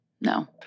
No